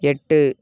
எட்டு